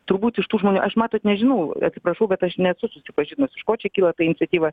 turbūt iš tų žmonių aš matot nežinau atsiprašau kad aš nesu susipažinus iš ko čia kyla iniciatyva